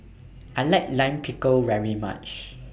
I like Lime Pickle very much